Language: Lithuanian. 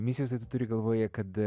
misijos tai tu turi galvoje kad